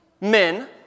men